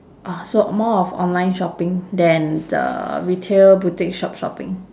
ah so more of online shopping than the retail boutique shop shopping